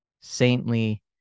saintly